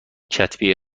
کتبی